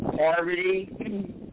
Harvey